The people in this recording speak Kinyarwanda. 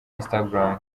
instagram